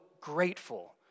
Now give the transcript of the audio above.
grateful